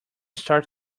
start